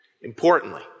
Importantly